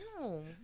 no